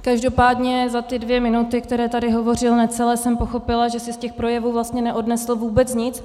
každopádně za ty necelé dvě minuty, které tady hovořil, jsem pochopila, že si z těch projevů vlastně neodnesl vůbec nic.